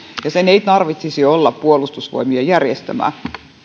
ja sen ei tarvitsisi olla puolustusvoimien järjestämää